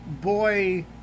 boy